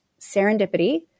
serendipity